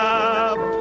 up